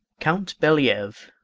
count bellievre,